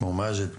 כמו מג'ד,